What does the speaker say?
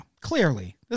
clearly